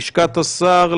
לשכת השר,